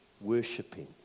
worshiping